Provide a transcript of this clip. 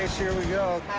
here we go.